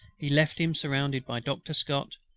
he left him surrounded by doctor scott,